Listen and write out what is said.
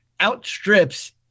outstrips